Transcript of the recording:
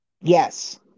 Yes